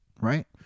right